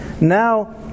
Now